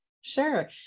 Sure